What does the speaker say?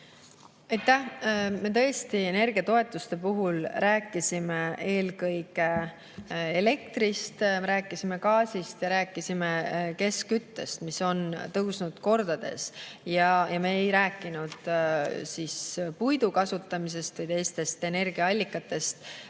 Me energiatoetuste puhul tõesti rääkisime eelkõige elektrist, rääkisime gaasist ja rääkisime keskküttest, mille hinnad on tõusnud kordades. Me ei rääkinud puidu kasutamisest või teistest energiaallikatest.